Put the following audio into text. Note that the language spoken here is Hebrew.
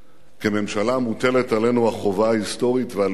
כממשלה מוטלת עלינו החובה ההיסטורית והלאומית